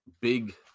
big